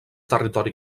territori